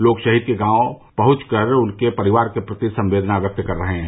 लोग शहीद के गांव पहुँचकर उनके परिवार के प्रति संवेदना व्यक्त कर रहे हैं